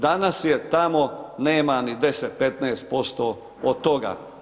Danas je tamo, nema ni 10, 15% od toga.